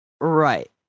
Right